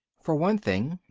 for one thing,